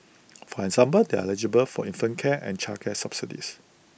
for example they are eligible for infant care and childcare subsidies